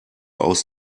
aus